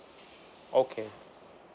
okay